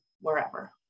wherever